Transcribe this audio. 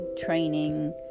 training